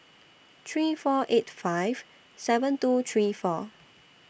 three four eight five seven two three four